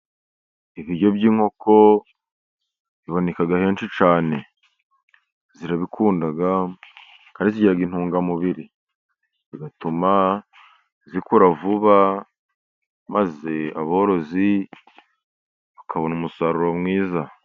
Ibiryo by'inkoko biboneka henshi cyane, zirabikunda kandi zigira intungamubiri, bigatuma zikura vuba maze aborozi bakabona umusaruro mwiza.